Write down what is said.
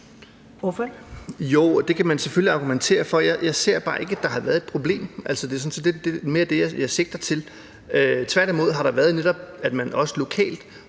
Jensen (V): Det kan man selvfølgelig argumentere for. Jeg ser bare ikke, at der har været et problem. Det er sådan set mere det, jeg sigter til. Tværtimod har det netop været sådan, at man også havde